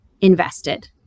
invested